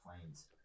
planes